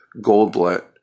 Goldblatt